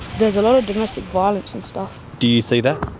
there's a lot of domestic violence and stuff. do you see that?